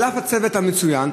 הלך הצוות המצוין,